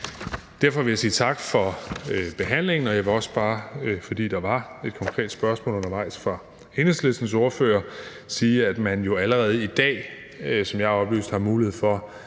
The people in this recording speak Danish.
Derfor vil jeg sige tak for behandlingen. Jeg vil så bare, fordi der var et konkret spørgsmål undervejs fra Enhedslistens ordfører, sige, at man jo allerede i dag, som jeg er oplyst, har mulighed for